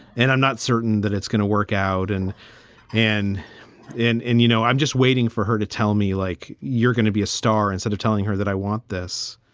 and i'm not certain that it's going to work out. and and and, you know, i'm just waiting for her to tell me, like, you're going to be a star instead of telling her that i want this.